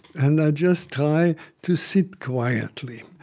and i just try to sit quietly.